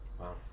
Wow